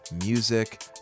music